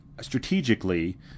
strategically